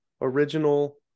original